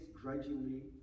grudgingly